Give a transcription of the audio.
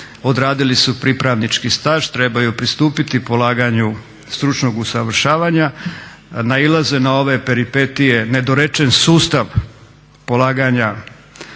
odradili su pripravnički staž, trebaju pristupiti polaganju stručnog usavršavanja, nailaze na ove peripetije, nedorečen sustav polaganja